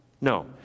No